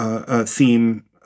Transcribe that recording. theme